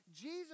Jesus